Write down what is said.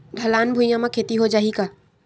ढलान भुइयां म खेती हो जाही का?